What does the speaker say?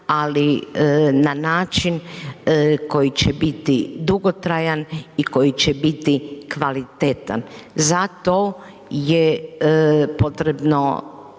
ali na način koji će biti dugotrajan i koji će biti kvalitetan, zato je potrebno